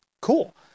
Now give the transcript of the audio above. Cool